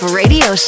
radio